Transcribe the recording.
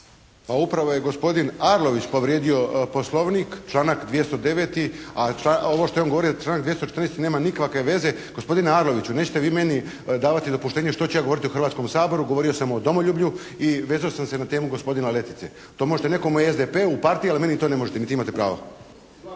Pa upravo je gospodin Arlović povrijedio Poslovnik članak 209. a ovo što je on govorio za članak 214. nema nikakve veze. Gospodine Arloviću nećete vi meni davati dopuštenje što ću ja govoriti u Hrvatskom saboru. Govorio sam o domoljublju i vezao sam se na temu gospodina Letice. To možete nekome u SDP-u, u partiji, ali meni to ne možete niti imate pravo.